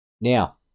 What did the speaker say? Now